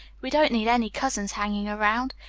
we don't need any cousins hanging around.